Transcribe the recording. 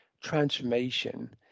transformation